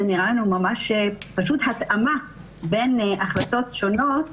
זה נראה פשוט התאמה בין החלטות שונות,